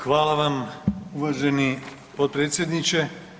Hvala vam uvaženi potpredsjedniče.